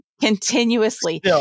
continuously